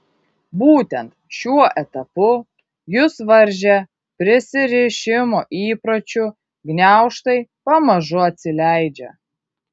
būtent šiuo etapu jus varžę prisirišimo įpročių gniaužtai pamažu atsileidžia